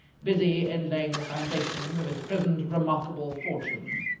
busy in laying the foundations of his present remarkable fortune.